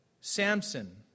Samson